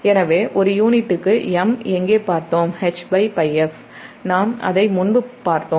எனவே ஒரு யூனிட்டுக்கு M எங்கே பார்த்தோம் Hπf நாம்அதை முன்பு பார்த்தோம்